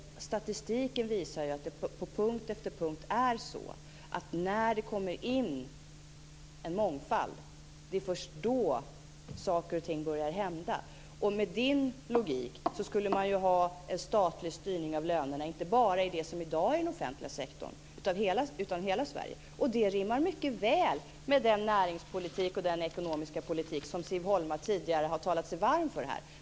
Statistiken visar på punkt efter punkt att det är först när det kommer in en mångfald som saker och ting börjar hända. Med Siv Holmas logik skulle man ha en statlig styrning av lönerna, inte bara i det som i dag är den offentliga sektorn utan i hela Sverige. Det rimmar mycket väl med den näringspolitik och den ekonomiska politik som Siv Holma tidigare har talat sig varm för här.